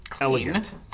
elegant